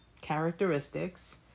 characteristics